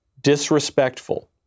disrespectful